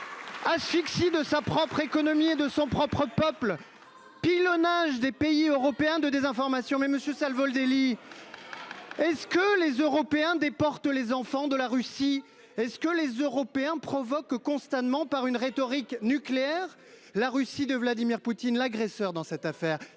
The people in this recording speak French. asphyxie de sa propre économie et de son propre peuple,… Vous avez trente ans de retard !… pilonnage des pays européens de désinformation. Monsieur Savoldelli, est ce que les Européens déportent les enfants de la Russie ? Est ce que les Européens provoquent constamment, par une rhétorique nucléaire, la Russie de Vladimir Poutine ? L’agresseur dans cette affaire,